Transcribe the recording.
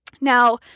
Now